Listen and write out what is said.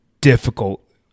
difficult